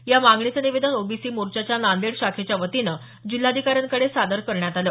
या मागणीचं निवेदन ओबीसी मोर्चाच्या नांदेड शाखेच्या वतीनं जिल्हाधिकाऱ्यांकडे सादर करण्यात आलं